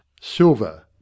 silver